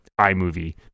iMovie